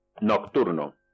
Nocturno